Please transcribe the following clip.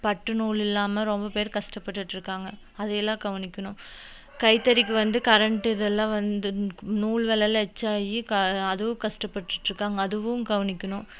பட்டுநூல் இல்லாமல் ரொம்ப பேர் கஷ்டப்பட்டுட்டு இருக்காங்க அது எல்லா கவனிக்கணும் கைத்தறிக்கு வந்து கரன்ட்டு இதெல்லாம் வந்து நூல் வேலையெல்லாம் க அதுவும் கஷ்டப்பட்டுட்டு இருக்காங்க அதுவும் கவனிக்கணும்